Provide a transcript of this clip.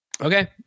Okay